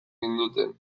ninduten